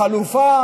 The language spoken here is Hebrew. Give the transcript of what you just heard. החלופה